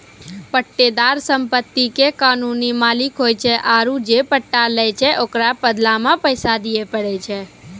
पट्टेदार सम्पति के कानूनी मालिक होय छै आरु जे पट्टा लै छै ओकरो बदला मे पैसा दिये पड़ै छै